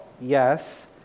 yes